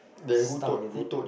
start with it